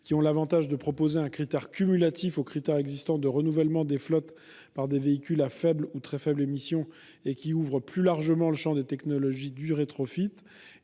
qui proposent un critère cumulatif aux critères existants de renouvellement des flottes avec des véhicules à faibles ou très faibles émissions et qui ouvrent plus largement le champ des technologies du rétrofit.